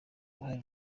uruhare